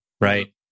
Right